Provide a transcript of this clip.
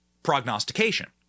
prognostication